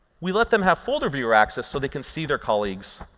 we let them have folder viewer access so they can see their colleagues'